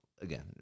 again